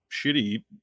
shitty